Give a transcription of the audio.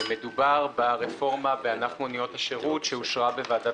מדובר ברפורמה בענף מוניות השירות שאושרה בוועדת